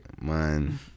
Man